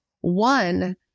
One